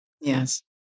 Yes